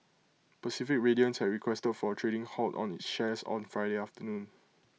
Pacific Radiance had requested for A trading halt on its shares on Friday afternoon